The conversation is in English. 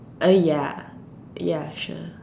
uh ya ya sure